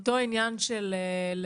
תודה.